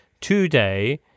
today